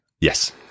Yes